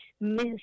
miss